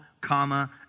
comma